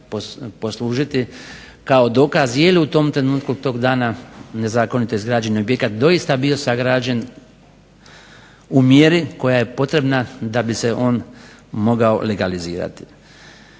poslužiti kao dokaz je li u tom trenutku tog dana nezakonito izgrađeni objekt doista bio sagrađen u mjeri koja je potrebna da bi se on mogao legalizirati.